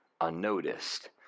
unnoticed